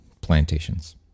plantations